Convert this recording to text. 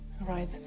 Right